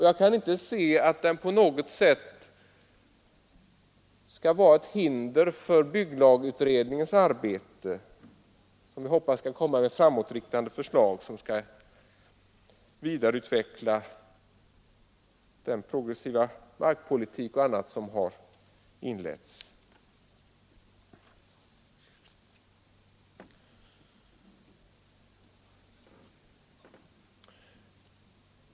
Jag kan inte inse att den på något sätt skall vara ett hinder för arbetet inom bygglagutredningen, som vi hoppas skall lägga fram framåtsyftande förslag ägnade att vidareutveckla bl.a. den progressiva markpolitik som har inletts.